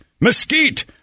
mesquite